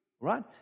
Right